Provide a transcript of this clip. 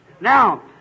Now